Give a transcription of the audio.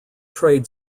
trade